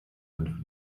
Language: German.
fünf